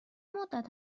مدت